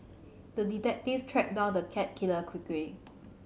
the detective tracked down the cat killer quickly